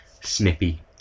snippy